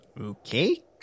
Okay